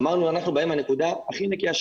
אמרנו שאנחנו באים מהנקודה הכי נקייה.